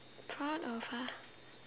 part of ah